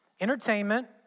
Entertainment